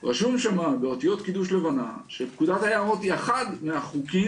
רשום שם באותיות קידוש לבנה שפקודת היערות הוא אחד מהחוקים